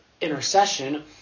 intercession